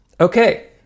Okay